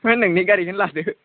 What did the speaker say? बे नोंनि गारिजोंनो लादो